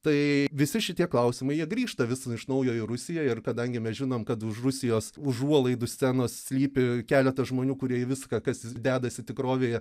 tai visi šitie klausimai jie grįžta vis iš naujo į rusiją ir kadangi mes žinom kad už rusijos užuolaidų scenos slypi keletas žmonių kurie į viską kas dedasi tikrovėje